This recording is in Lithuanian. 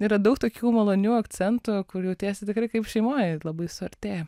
yra daug tokių malonių akcentų kur jautiesi tikrai kaip šeimoj ir labai suartėja